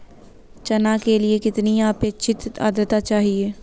चना के लिए कितनी आपेक्षिक आद्रता चाहिए?